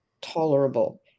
tolerable